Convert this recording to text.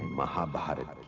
mahabharat ah